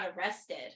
arrested